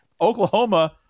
Oklahoma